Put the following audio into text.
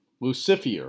Lucifer